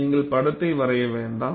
நீங்கள் படத்தை வரைய வேண்டாம்